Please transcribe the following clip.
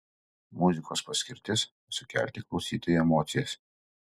muzikos paskirtis sukelti klausytojui emocijas